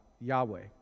Yahweh